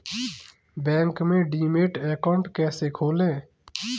Bank में demat account कैसे खोलें?